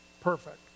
perfect